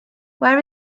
where